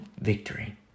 victory